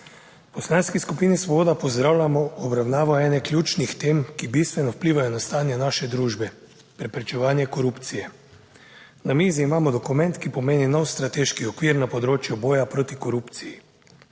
V Poslanski skupini Svoboda pozdravljamo obravnavo ene ključnih tem, ki bistveno vplivajo na stanje naše družbe, preprečevanje korupcije. Na mizi imamo dokument, ki pomeni nov strateški okvir na področju boja proti korupciji.